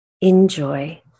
Enjoy